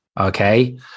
Okay